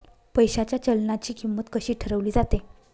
पैशाच्या चलनाची किंमत कशी ठरवली जाते